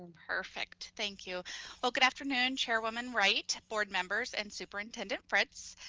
perfect, thank you. well good afternoon, chairwoman wright, board members, and superintendent fritz.